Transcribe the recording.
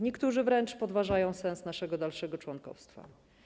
Niektórzy wręcz podważają sens naszego dalszego członkostwa.